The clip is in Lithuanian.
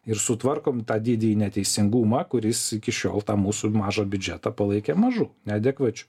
ir sutvarkom tą didįjį neteisingumą kuris iki šiol tą mūsų mažą biudžetą palaikė mažu neadekvačiu